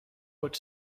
ought